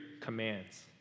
commands